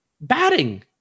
batting